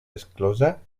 exclosa